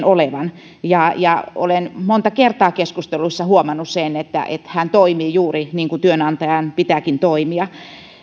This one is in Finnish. olevan olen monta kertaa keskusteluissa huomannut sen että että hän toimii juuri niin kuin työnantajan pitääkin toimia